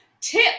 tip